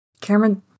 Cameron